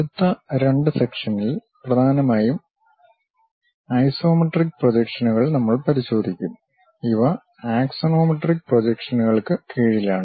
അടുത്ത രണ്ട് സെക്ഷന്സിൽ പ്രധാനമായും ഐസോമെട്രിക് പ്രൊജക്ഷനുകൾ നമ്മൾ പരിശോധിക്കും ഇവ ആക്സോണോമെട്രിക് പ്രൊജക്ഷനുകൾക്ക് കീഴിലാണ്